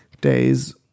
days